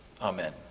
Amen